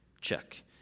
Check